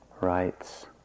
writes